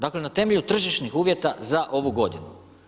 Dakle, na temelju tržišnih uvjeta za ovu godinu.